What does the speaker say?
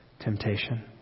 temptation